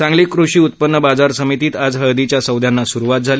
सांगली कृषी उत्पन्न बाजार समितीत आज हळदीच्या सौद्यांना सुरुवात झाली